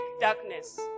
darkness